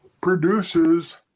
produces